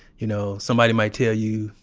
you know somebody might tell you,